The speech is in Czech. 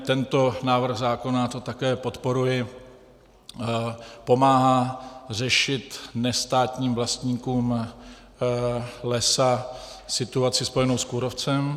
Tento návrh zákona to mimo jiné také podporuje, pomáhá řešit nestátním vlastníkům lesa situaci spojenou s kůrovcem.